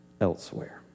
elsewhere